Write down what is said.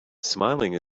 smiling